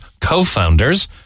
co-founders